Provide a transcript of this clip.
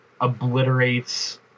obliterates